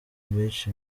beach